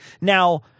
Now